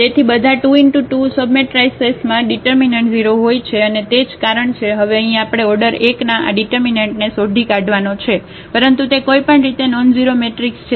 તેથી બધા 2 × 2 સબમેટ્રાઇસેસમાં ડિટર્મિનન્ટ 0 હોય છે અને તે જ કારણ છે હવે અહીં આપણે ઓર્ડર 1 ના આ ડિટર્મિનન્ટને શોધી કાઢવાનો છે પરંતુ તે કોઈપણ રીતે નોનઝીરો મેટ્રિક્સ છે